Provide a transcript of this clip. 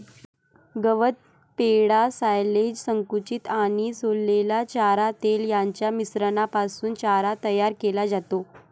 गवत, पेंढा, सायलेज, संकुचित आणि सोललेला चारा, तेल यांच्या मिश्रणापासून चारा तयार केला जातो